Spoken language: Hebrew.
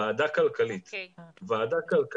ועדה כלכלית, להקים,